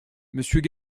monsieur